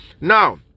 Now